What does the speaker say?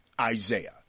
Isaiah